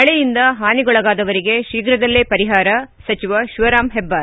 ಮಳೆಯಿಂದ ಹಾನಿಗೊಳಗಾದವರಿಗೆ ತೀಪ್ರದಲ್ಲೇ ಪರಿಹಾರ ಸಚಿವ ಶಿವರಾಂ ಹೆಬ್ಲಾರ್